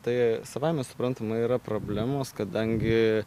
tai savaime suprantama yra problemos kadangi